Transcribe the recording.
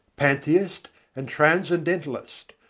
pantheist and transcendentalist,